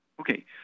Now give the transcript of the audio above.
Okay